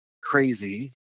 crazy